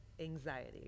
anxiety